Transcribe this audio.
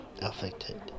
affected